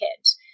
kids